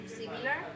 similar